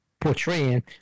portraying